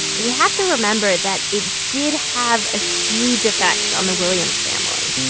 we have to remember that it did have a huge effect on the williams family